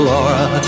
Laura